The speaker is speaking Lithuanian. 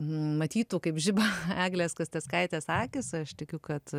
matytų kaip žiba eglės kasteckaitės akys aš tikiu kad